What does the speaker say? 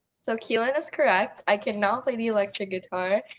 so kealan is correct. i cannot play the electric guitar.